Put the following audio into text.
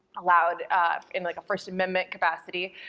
allowed in like a first amendment capacity,